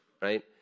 right